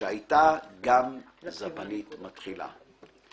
שהייתה גם זבנית מתחילה.